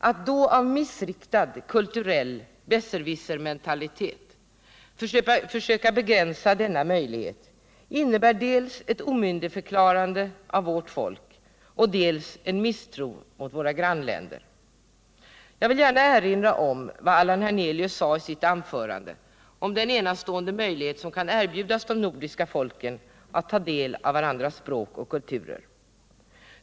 Att då av missriktad kulturell besserwissermentalitet försöka begränsa denna möjlighet innebär dels ett omyndigförklarande av vårt folk, dels en misstro mot våra grannländer. Jag vill gärna erinra om vad Allan Hernelius sade i sitt anförande om den enastående möjlighet som kan erbjudas de nordiska folken att ta del av varandras språk och kulturer.